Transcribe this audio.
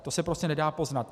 To se prostě nedá poznat.